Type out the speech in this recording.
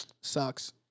Sucks